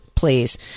Please